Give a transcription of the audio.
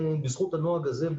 בזכות הנוהג הזה,